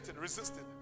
Resisted